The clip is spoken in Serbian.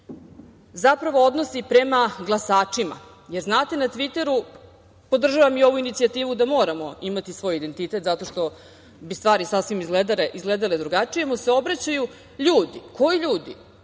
zapravo odnosi prema glasačima. Jer, znate, na Tviteru, podržavam i ovu inicijativu da moramo imati svoj identitet zato što bi stvari izgledale sasvim drugačije, mu se obraćaju ljudi, koji ljudi,